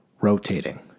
Rotating